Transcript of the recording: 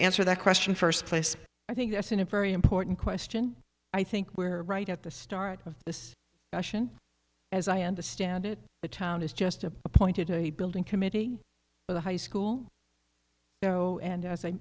answer that question first place i think there's been a very important question i think where right at the start of this question as i understand it the town is just appointed to a building committee for the high school and as i